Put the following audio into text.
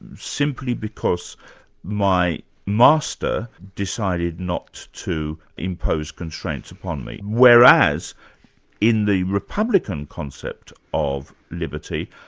simply because my master decided not to impose constraints upon me, whereas in the republican concept of liberty,